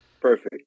perfect